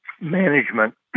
management